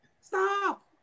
Stop